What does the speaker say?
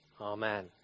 Amen